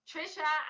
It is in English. Trisha